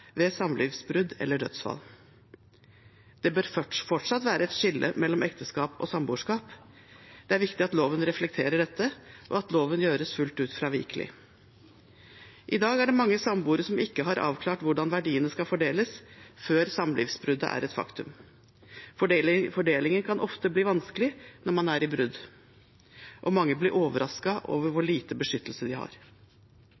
ved samlivsbrudd eller dødsfall. Det bør fortsatt være et skille mellom ekteskap og samboerskap. Det er viktig at loven reflekterer dette, og at loven gjøres fullt ut fravikelig. I dag er det mange samboere som ikke har avklart hvordan verdiene skal fordeles, før samlivsbruddet er et faktum. Fordelingen kan ofte bli vanskelig når man er i brudd, og mange blir overrasket over hvor